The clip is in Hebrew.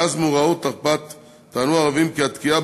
מאז מאורעות תרפ"ט טענו הערבים כי התקיעה